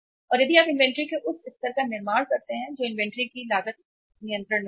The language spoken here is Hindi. और यदि आप इन्वेंट्री के उस स्तर का निर्माण करते हैं तो इन्वेंट्री की लागत नियंत्रण में होगी